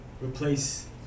replace